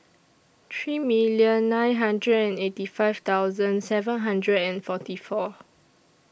three million nine hundred and eighty five thousand seven hundred and forty four